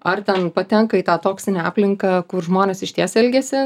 ar ten patenka į tą toksinę aplinką kur žmonės išties elgiasi